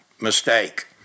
mistake